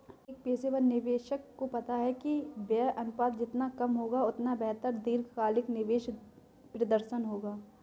एक पेशेवर निवेशक को पता है कि व्यय अनुपात जितना कम होगा, उतना बेहतर दीर्घकालिक निवेश प्रदर्शन होगा